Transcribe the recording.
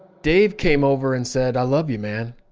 dave came over and said, i love you, man.